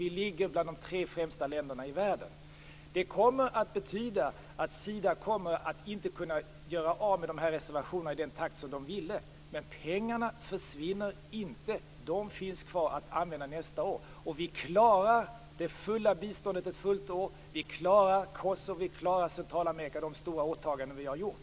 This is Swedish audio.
Vi ligger bland de tre främsta länderna i världen. Det kommer att betyda att Sida inte kommer att göra av med reservationerna i den takt de ville, men pengarna försvinner inte. De finns kvar att använda nästa år. Vi klarar det fulla biståndet ett fullt år. Vi klarar Kosovo. Vi klarar Centralamerika och de stora åtaganden vi har gjort.